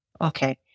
okay